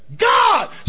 God